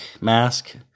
mask